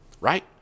right